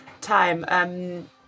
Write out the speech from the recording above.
time